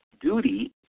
duty